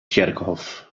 tsjerkhôf